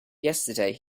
yesterday